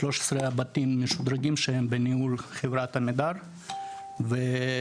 הבתים המשודרגים שהם בניהול חברת עמידר ואחד